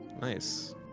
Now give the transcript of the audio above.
Nice